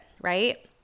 right